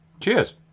Cheers